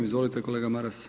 Izvolite kolega Maras.